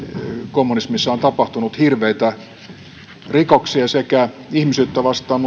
kommunismissa on tapahtunut hirveitä rikoksia ihmisyyttä vastaan